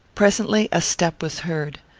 presently a step was heard.